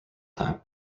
time